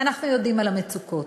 אנחנו יודעים על המצוקות,